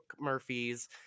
Murphy's